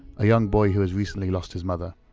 a young boy who has recently lost his mother.